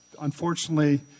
Unfortunately